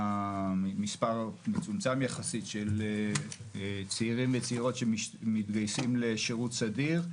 שמספר מצומצם יחסית של צעירים וצעירות שמתגייסים לשירות סדיר,